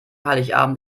heiligabend